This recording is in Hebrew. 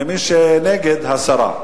ומי שנגד, הסרה.